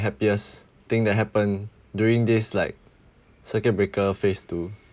happiest thing that happen during this like circuit breaker phase two